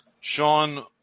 Sean